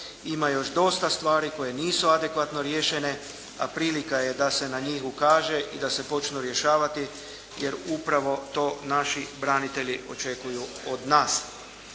ima još dosta stvari koje nisu adekvatno riješene a prilika je da se na njih ukaže i da se počnu rješavati jer upravo to naši branitelji očekuju od nas.